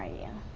you?